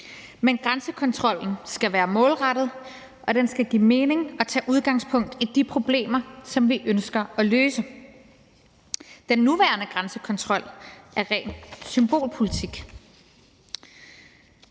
Men grænsekontrollen skal være målrettet, og den skal give mening og tage udgangspunkt i de problemer, som vi ønsker at løse. Den nuværende grænsekontrol er ren symbolpolitik.